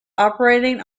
operating